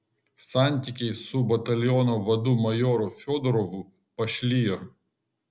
santykiai su bataliono vadu majoru fiodorovu pašlijo